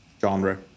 genre